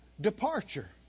departure